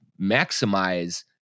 maximize